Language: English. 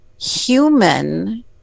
human